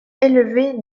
élevée